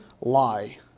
lie